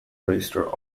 register